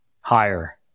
Higher